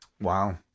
Wow